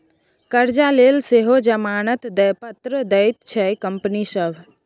करजा लेल सेहो जमानत पत्र दैत छै कंपनी सभ